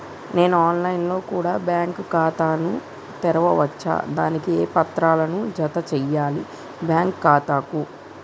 నేను online లో కూడా బ్యాంకు ఖాతా ను తెరవ వచ్చా? దానికి ఏ పత్రాలను జత చేయాలి బ్యాంకు ఖాతాకు?